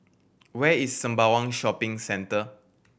where is Sembawang Shopping Centre